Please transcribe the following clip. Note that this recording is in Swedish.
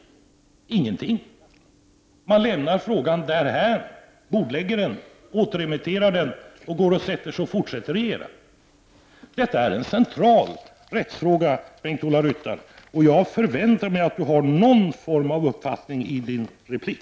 Ingenting. Man lämnar frågan därhän och bordlägger den, återremitterar den, sätter sig, och fortsätter att regera. Detta är en central rättsfråga, och jag förväntar mig att Bengt-Ola Ryttar har någon form av uppfattning om detta i sin replik.